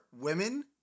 women